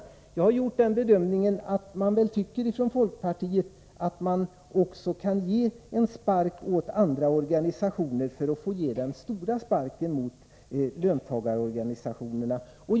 Jag har emellertid gjort den bedömningen att man i folkpartiet tycker att man kan ge en spark också åt andra organisationer för att få rikta den stora sparken mot löntagarorganisationerna.